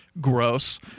gross